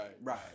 right